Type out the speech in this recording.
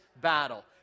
battle